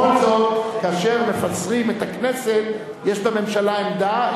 בכל זאת, כאשר מפזרים את הכנסת יש לממשלה עמדה.